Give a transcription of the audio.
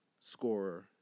scorer